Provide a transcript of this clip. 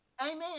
Amen